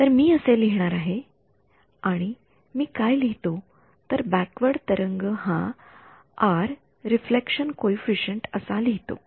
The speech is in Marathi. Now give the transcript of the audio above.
तर मी असे लिहणार आहे आणि मी काय लिहितो तर बॅकवर्ड तरंग हा आर रिफ्लेक्शन कॉइफिसिएंट असा लिहितो